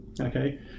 okay